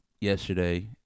yesterday